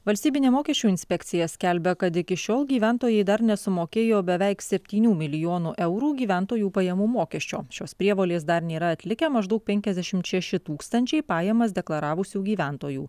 valstybinė mokesčių inspekcija skelbia kad iki šiol gyventojai dar nesumokėjo beveik septynių milijonų eurų gyventojų pajamų mokesčio šios prievolės dar nėra atlikę maždaug penkiasdešimt šeši tūkstančiai pajamas deklaravusių gyventojų